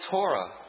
Torah